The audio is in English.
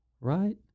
right